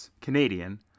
Canadian